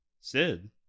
Sid